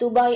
Dubai